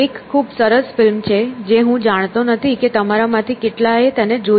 એક ખૂબ સરસ ફિલ્મ છે હું જાણતો નથી કે તમારામાંથી કેટલાએ તેને જોઈ છે